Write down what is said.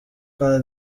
cote